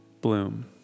Bloom